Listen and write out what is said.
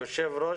היושב ראש,